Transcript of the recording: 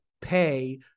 pay